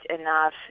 enough